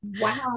Wow